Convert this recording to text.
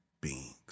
beings